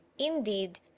indeed